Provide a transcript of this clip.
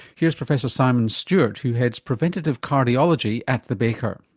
here's professor simon stewart who heads preventative cardiology at the baker.